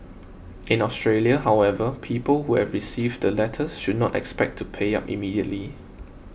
in Australia however people who have received the letters should not expect to pay up immediately